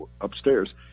upstairs